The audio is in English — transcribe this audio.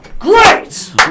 Great